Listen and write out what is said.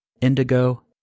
indigo